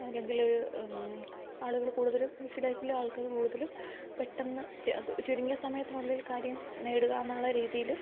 അല്ലങ്കിൽ ഒരു ആളുകൾ കൂടുതലും ബിസി ലൈഫിൽ ആളുകൾ കൂടുതലും പെട്ടെന്ന് ചുരുങ്ങിയ സമയത്തിനുള്ളിൽ കാര്യം നേടുക എന്നുള്ള രീതിയിൽ